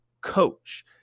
coach